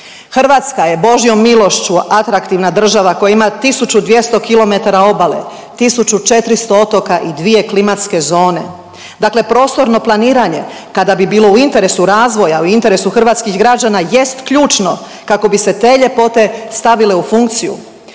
Hrvatska je božjom milošću atraktivna država koja ima 1200 km obale, 1400 otoka i dvije klimatske zone, dakle prostorno planiranje kada bi bilo u interesu razvoja u interesu hrvatskih građana jest ključno kako bi se te ljepote stavile u funkciju.